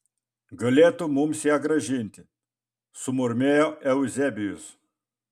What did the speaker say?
galėtų mums ją grąžinti sumurmėjo euzebijus